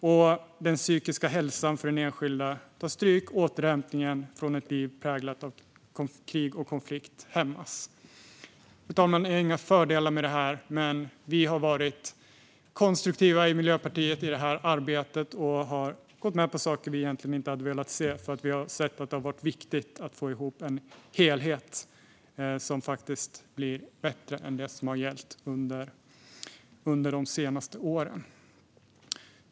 Den enskildas psykiska hälsa tar stryk, och återhämtningen från ett liv präglat av krig och konflikt hämmas. Fru talman! Det finns inga fördelar med det här, men vi i Miljöpartiet har varit konstruktiva i detta arbete. Vi har gått med på saker som vi egentligen inte hade velat se, eftersom vi har sett att det har varit viktigt att få ihop en helhet som faktiskt blir bättre än det som har gällt under de senaste åren.